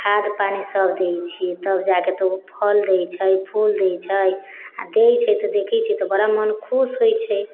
खाद पानि सभ दै छियै तब जाकऽ तऽ उ फल दै छै फूल दै छै आओर दै छै तऽ देखै छियै तऽ बड़ा मोन खुश होइ छै